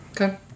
Okay